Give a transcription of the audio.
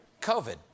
COVID